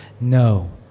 no